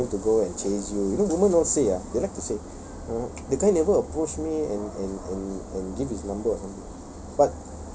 you know I'm not going to go and chase you you know women don't say ah they like to say oh the guy never approach me and and and and give his number or some~